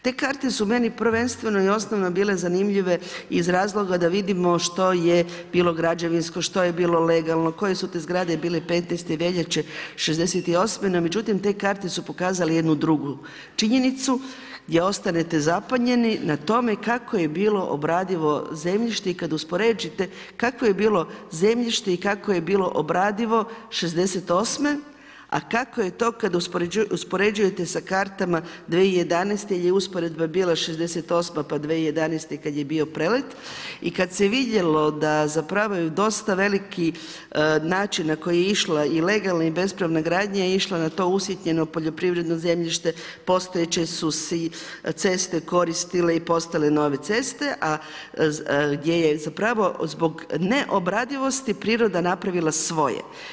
Te karte su meni prvenstveno i osobno bile zanimljive, iz razloga da vidimo što je bilo građevinsko, što je bilo legalno, koje su te zgrade bile 15. veljače '68. no međutim, te karte su pokazale jednu drugu činjenicu, gdje ostanete zapanjiti na tome kako je bilo obradivo zemljište i kad usporedite kakvo je bilo zemljište i kako je bilo obradivo 68., a kako je to kada uspoređujete sa kartama 2011. jel je usporedba '68. pa 2011. kada je bio prelet i kada se je vidjelo da dosta veliki način na koji je išla i legalna i bespravna gradanja je išla na to usitnjeno poljoprivredno zemljište postojeće su se ceste koristile i postale nove ceste, a gdje je zbog neobradivosti priroda napravila svoje.